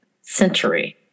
century